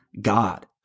God